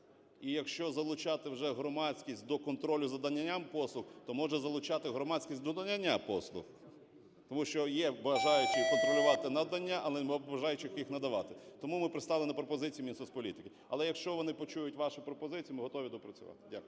І якщо залучати вже громадськість до контролю за наданням послуг, то можна залучати громадськість до надання послуг. Тому що є бажаючі контролювати надання, але нема бажаючих їх надавати. Тому ми пристали на пропозицію Мінсоцполітики. Але якщо вони почують вашу пропозицію, ми готові доопрацювати. Дякую.